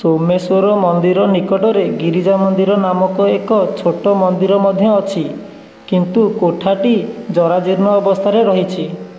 ସୋମେଶ୍ୱର ମନ୍ଦିର ନିକଟରେ ଗିରିଜା ମନ୍ଦିର ନାମକ ଏକ ଛୋଟ ମନ୍ଦିର ମଧ୍ୟ ଅଛି କିନ୍ତୁ କୋଠାଟି ଜରାଜୀର୍ଣ୍ଣ ଅବସ୍ଥାରେ ରହିଛି